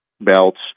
belts